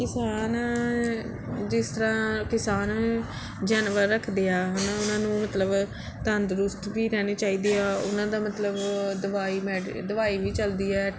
ਕਿਸਾਨ ਜਿਸ ਤਰ੍ਹਾਂ ਕਿਸਾਨ ਜਾਨਵਰ ਰੱਖਦੇ ਆ ਹੈ ਨਾ ਉਹਨਾਂ ਨੂੰ ਮਤਲਬ ਤੰਦਰੁਸਤ ਵੀ ਰਹਿਣੇ ਚਾਹੀਦੇ ਆ ਉਹਨਾਂ ਦਾ ਮਤਲਬ ਦਵਾਈ ਮੈਡ ਦਵਾਈ ਵੀ ਚਲਦੀ ਹੈ